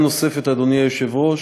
הודעה נוספת, אדוני היושב-ראש: